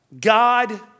God